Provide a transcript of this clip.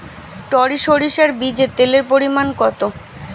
টরি সরিষার বীজে তেলের পরিমাণ কত?